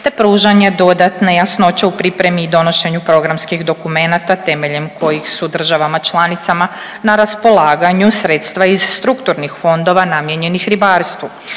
te pružanje dodatne jasnoće u pripremi i donošenju programskih dokumenata temeljem kojih su državama članicama na raspolaganju sredstva iz strukturnih fondova namijenjenih ribarstvu.